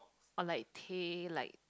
or like Tay like